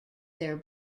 their